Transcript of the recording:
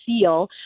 feel